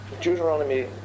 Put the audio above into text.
Deuteronomy